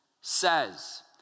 says